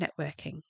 networking